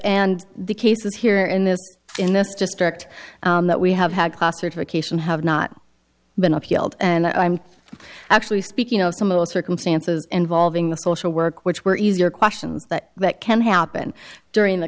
and the cases here in this in this district that we have had classification have not been appealed and i'm actually speaking of some of the circumstances involving the social work which were easier questions but that can happen during the